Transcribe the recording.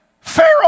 Pharaoh